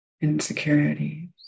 insecurities